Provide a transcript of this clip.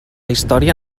història